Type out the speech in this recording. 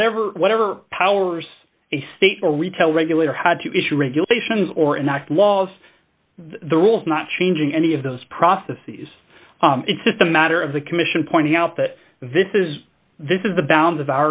whatever whatever powers a state or retail regulator had to issue regulations or enact laws the rules not changing any of those prophecies it's just a matter of the commission pointing out that this is this is the bounds of